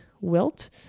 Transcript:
wilt